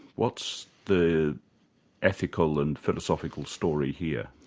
what's the ethical and philosophical story here?